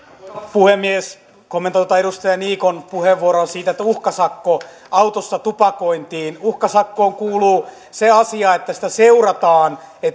puhemies kommentoin tuota edustaja niikon puheenvuoroa siitä että tulisi uhkasakko autossa tupakointiin uhkasakkoon kuuluu se asia että sitä seurataan